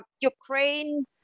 Ukraine